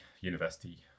university